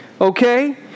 Okay